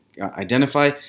identify